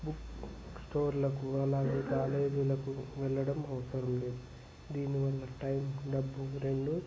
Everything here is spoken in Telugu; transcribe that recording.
బుక్స్టోర్లకు అలాగే కాలేజీలకు వెళ్ళడం అవసరం లేదు దీని వల్ల టైం డబ్బు రెండు